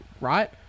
right